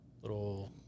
Little